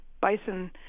bison